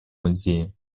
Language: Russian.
музее